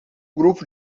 grupo